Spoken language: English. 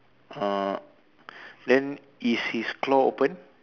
uh then is his claw open